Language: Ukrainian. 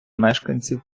мешканців